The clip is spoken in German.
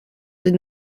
sie